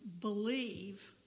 believe